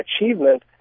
achievement